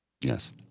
Yes